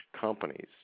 companies